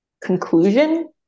conclusion